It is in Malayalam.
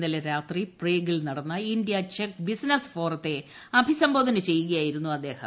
ഇന്നലെ രാത്രി പ്രേഗിൽ നടന്ന ഇന്ത്യാ ചെക്ക് ബിസിനസ് ഫോറത്തെ അഭിസംബോധന ചെയ്യുകയായിരുന്നു അദ്ദേഹം